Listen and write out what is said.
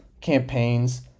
campaigns